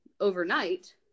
overnight